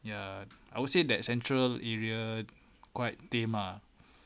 ya I would say that central area quite tame mah